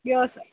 ॿियो स